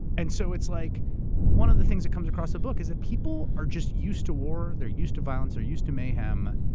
and so it's like one of the things that comes across the book is that people are just used to war, they're used to violence, they're used to mayhem.